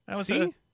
See